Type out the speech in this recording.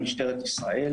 מצד שני,